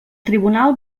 tribunal